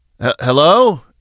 Hello